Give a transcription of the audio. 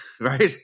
right